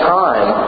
time